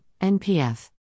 NPF